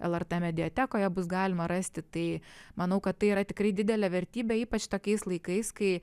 lrt mediatekoje bus galima rasti tai manau kad tai yra tikrai didelė vertybė ypač tokiais laikais kai